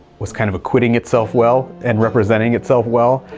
was kind of acquitting itself well and representing itself well,